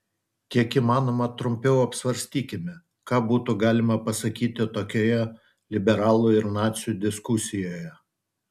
kiek įmanoma trumpiau apsvarstykime ką būtų galima pasakyti tokioje liberalų ir nacių diskusijoje